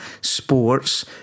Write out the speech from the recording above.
sports